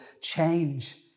change